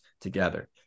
together